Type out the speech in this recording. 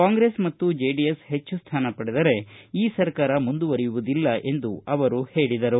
ಕಾಂಗ್ರೆಸ್ ಮತ್ತು ಜೆಡಿಎಸ್ ಹೆಚ್ಚು ಸ್ಥಾನ ಪಡೆದರೆ ಈ ಸರ್ಕಾರ ಮುಂದುವರೆಯುವುದಿಲ್ಲ ಎಂದು ಅವರು ಹೇಳದರು